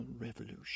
revolution